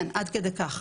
כן, עד כדי כך.